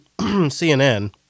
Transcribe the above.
CNN